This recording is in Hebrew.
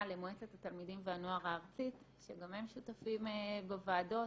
למועצת התלמידים והנוער הארצית שגם הם שותפים בוועדות.